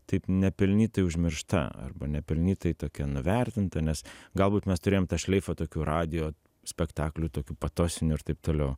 taip nepelnytai užmiršta arba nepelnytai tokia nuvertinta nes galbūt mes turėjom tą šleifą tokių radijo spektaklių tokių patosinių ir taip toliau